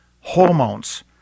hormones